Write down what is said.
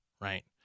right